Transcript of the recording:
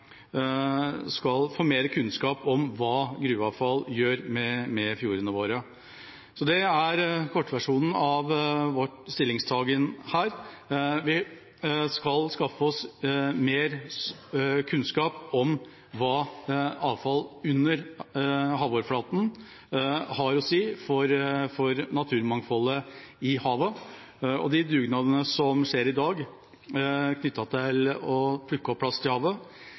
skal få mer kunnskap om hva gruveavfall gjør med fjordene våre. Så dette er kortversjonen av vår stillingtagen her. Vi skal skaffe oss mer kunnskap om hva avfall under havoverflaten har å si for naturmangfoldet i havet. De dugnadene som skjer i dag knyttet til å plukke opp plast fra havet,